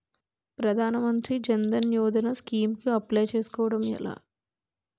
ప్రధాన మంత్రి జన్ ధన్ యోజన స్కీమ్స్ కి అప్లయ్ చేసుకోవడం ఎలా?